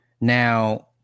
now